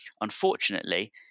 Unfortunately